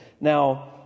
Now